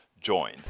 join